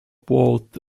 both